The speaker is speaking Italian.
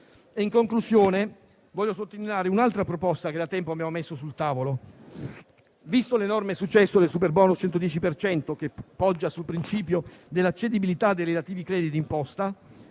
In conclusione, voglio ricordare un'altra proposta che da tempo abbiamo messo sul tavolo. Visto l'enorme successo del *super bonus* 110 per cento, che poggia sul principio della cedibilità dei relativi crediti d'imposta,